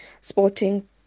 sporting